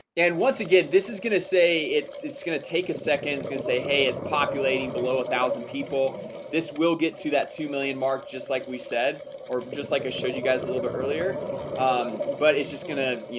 and once again, this is gonna say it's it's gonna take a second it's gonna say hey, it's populating below a thousand people this will get to that two million mark just like we said or just like i ah showed you guys a little bit earlier but it's just gonna, you